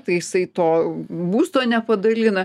tai jisai to būsto nepadailina